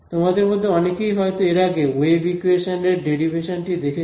তোমাদের মধ্যে অনেকেই হয়তো এর আগে ওয়েভ ইকুয়েশন এর ডেরাইভেশন টি দেখেছো